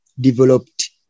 developed